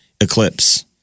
eclipse